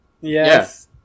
Yes